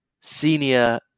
senior